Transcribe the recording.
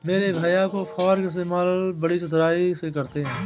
मेरे भैया हे फार्क इस्तेमाल बड़ी ही चतुराई से करते हैं